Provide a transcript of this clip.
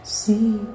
see